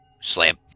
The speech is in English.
slam